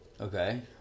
Okay